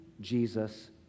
Jesus